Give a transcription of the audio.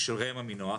של ראם עמינח,